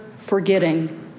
forgetting